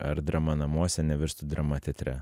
ar drama namuose nevirstų drama teatre